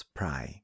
pray